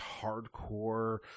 hardcore